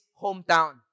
hometown